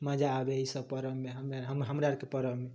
मजा आबै है ईसब परबमे हमरा आरके परबमे